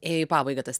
ėjo į pabaigą tas